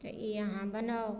तऽ ई अहाँ बनाउ